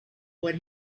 what